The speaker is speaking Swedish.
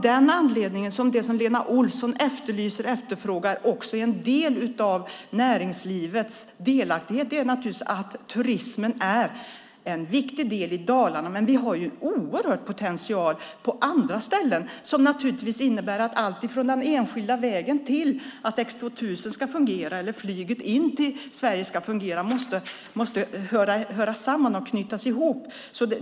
Det är därför det som Lena Olsson efterlyser också är en del av näringslivets delaktighet. Turismen är viktig i Dalarna, men vi har också en oerhörd potential på andra ställen. Det innebär att alltifrån den enskilda vägen till X 2000 eller flyget in till Sverige måste fungera, och detta måste höra samman och knytas ihop.